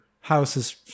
houses